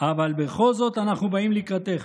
אבל בכל זאת אנחנו באים לקראתך,